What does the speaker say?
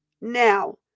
Now